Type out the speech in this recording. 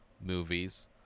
movies